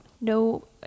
no